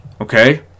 Okay